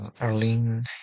Arlene